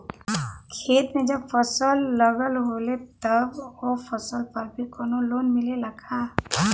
खेत में जब फसल लगल होले तब ओ फसल पर भी कौनो लोन मिलेला का?